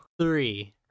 three